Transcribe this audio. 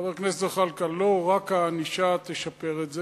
חבר הכנסת זחאלקה, לא רק הענישה תשפר את זה,